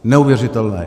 Neuvěřitelné.